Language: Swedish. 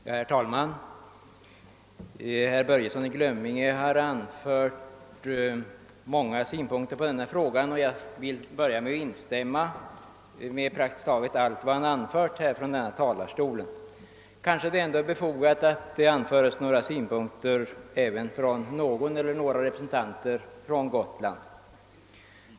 Herr talman! Herr Börjesson i Glömminge har från denna talarstol anfört många synpunkter på denna fråga, och jag vill till att börja med instämma i praktiskt taget alla. Kanske det ändå är befogat med några ord även av någon representant för Gotland.